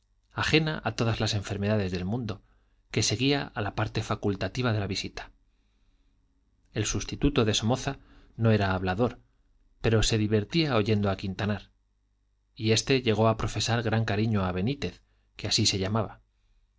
ajena a todas las enfermedades del mundo que seguía a la parte facultativa de la visita el sustituto de somoza no era hablador pero se divertía oyendo a quintanar y este llegó a profesar gran cariño a benítez que así se llamaba